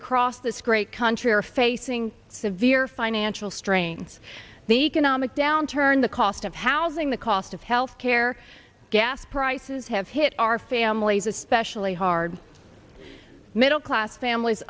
across this great country are facing severe financial strains the economic downturn the cost of housing the cost of health care gas prices have hit our families especially hard middle class families